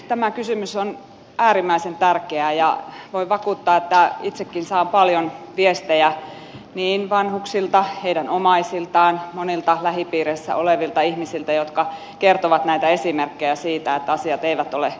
tämä kysymys on äärimmäisen tärkeä ja voin vakuuttaa että itsekin saan paljon viestejä vanhuksilta heidän omaisiltaan monilta lähipiirissä olevilta ihmisiltä jotka kertovat näitä esimerkkejä siitä että asiat eivät ole kunnossa